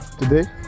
Today